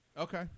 Okay